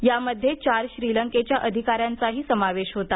यामध्ये चार श्रीलंकेच्या अधिकाऱ्यांचाही समावेश होता